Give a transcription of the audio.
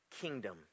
kingdom